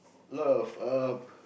lot of uh